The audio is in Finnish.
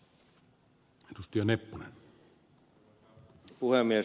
arvoisa puhemies